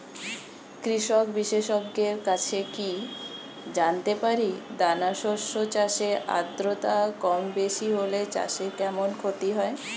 কৃষক বিশেষজ্ঞের কাছে কি জানতে পারি দানা শস্য চাষে আদ্রতা কমবেশি হলে চাষে কেমন ক্ষতি হয়?